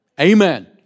Amen